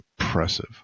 impressive